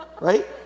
Right